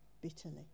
bitterly